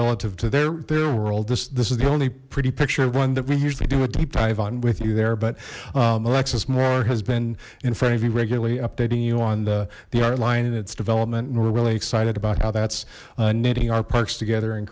relative to their their world this this is the only pretty picture one that we usually do a deep dive on with you there but alexis moore has and in front of you regularly updating you on the the art line in its development and we're really excited about how that's knitting our parks together and